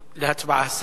להצבעה.